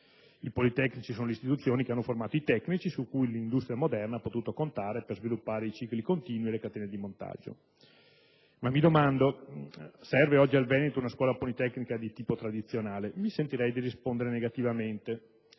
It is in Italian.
I politecnici sono le istituzioni che hanno formato i tecnici su cui l'industria moderna ha potuto contare per sviluppare i cicli continui e le catene di montaggio. Ma mi domando: serve oggi al Veneto una scuola politecnica di tipo tradizionale? Mi sentirei di rispondere negativamente,